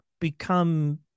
become